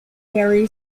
harry